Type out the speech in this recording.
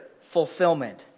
fulfillment